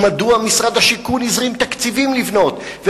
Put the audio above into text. ומדוע משרד השיכון הזרים תקציבים לבנות,